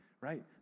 right